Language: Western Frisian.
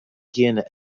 geane